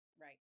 Right